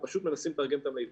ופשוט מנסים לתרגם את ---,